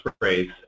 phrase